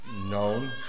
known